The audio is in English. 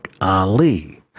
Ali